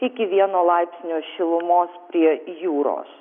iki vieno laipsnio šilumos prie jūros